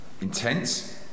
intense